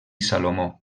salomó